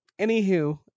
anywho